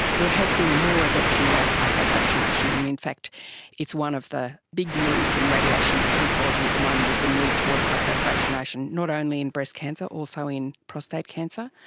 has been more adoption of hypofractionation, and in fact it's one of the big moves in radiation oncology at the moment, is the move towards hypofractionation, not only in breast cancer, also in prostate cancer.